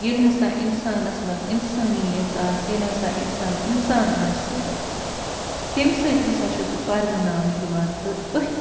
ییٚلہِ ہسا اِنسانَس منٛز اِنسٲنِیت آسہِ ییٚلہِ ہسا اِنسان اِنسان آسہِ تَمہِ سۭتۍ ہسا چھُ سُہ پرٛزٕناونہٕ یِوان تہٕ أتھۍ